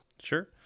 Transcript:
Sure